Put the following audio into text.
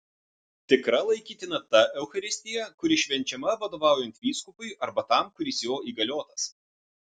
tikra laikytina ta eucharistija kuri švenčiama vadovaujant vyskupui arba tam kuris jo įgaliotas